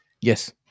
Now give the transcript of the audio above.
Yes